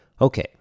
Okay